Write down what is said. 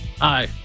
Hi